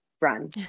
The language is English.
run